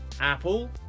Apple